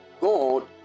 God